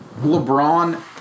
LeBron